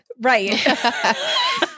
Right